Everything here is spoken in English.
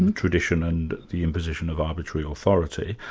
and tradition and the imposition of arbitrary authority,